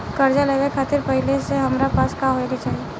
कर्जा लेवे खातिर पहिले से हमरा पास का होए के चाही?